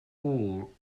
all